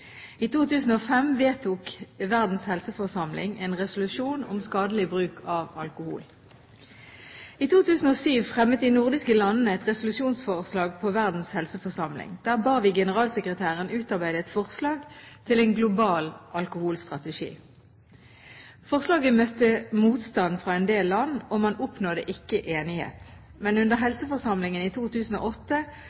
I 2005 vedtok Verdens helseforsamling en resolusjon om skadelig bruk av alkohol. I 2007 fremmet de nordiske landene et resolusjonsforslag på Verdens helseforsamling. Der ba vi generalsekretæren utarbeide et forslag til en global alkoholstrategi. Forslaget møtte motstand fra en del land, og man oppnådde ikke enighet. Men under